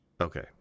Okay